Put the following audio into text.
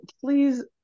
please